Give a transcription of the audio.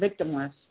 victimless